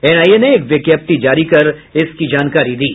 NIA ने एक विज्ञप्ति जारी कर इसकी जानकारी दी है